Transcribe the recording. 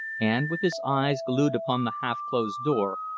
and, with his eyes glued upon the half-closed door,